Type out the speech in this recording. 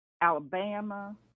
Alabama